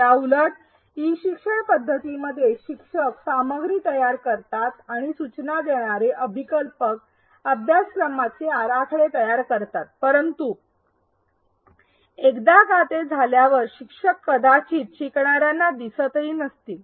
याउलट ई शिक्षण पद्धतीमध्ये शिक्षक सामग्री तयार करतात आणि सूचना देणारे अभिकल्पक अभ्यासक्रमाचे आराखडे तयार करतात परंतु एकदा ते झाल्यावर शिक्षक कदाचित शिकणाऱ्यांना दिसत नसतील